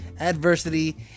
adversity